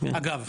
אגב.